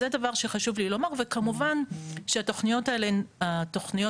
זה דבר שחשוב לי לומר וכמובן שהתכניות האלה הן תכניות